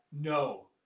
No